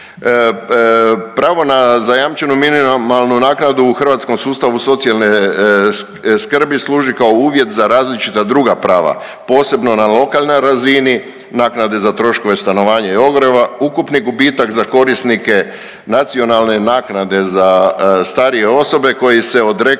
Pravo na ZMN-u u hrvatskom sustavu socijalne skrbi služi kao uvjet za različita druga prava, posebno na lokalnoj razini, naknadi za troškove stanovanja i ogrijeva, ukupni gubitak za korisnike nacionalne naknade za starije osobe koji se odrekao